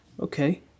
Okay